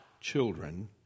children